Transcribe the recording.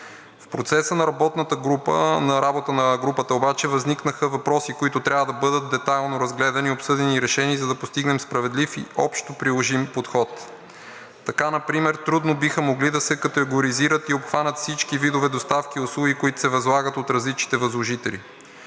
В процеса на работата на групата обаче възникнаха въпроси, които трябва да бъдат детайлно разгледани, обсъдени и решени, за да постигнем справедлив и общоприложим подход. Така например трудно биха могли да се категоризират и обхванат всички видове доставки и услуги, които се възлагат от различните възложители.